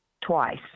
twice